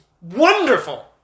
wonderful